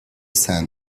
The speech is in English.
sand